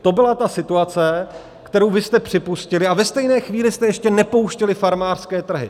To byla ta situace, kterou vy jste připustili a ve stejné chvíli jste ještě nepouštěli farmářské trhy.